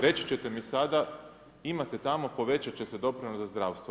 Reći ćete mi sada, imate tamo, povećat će doprinos za zdravstvo.